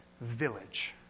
village